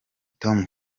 tom